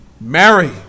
Mary